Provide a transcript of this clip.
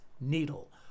needle